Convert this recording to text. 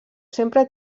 sempre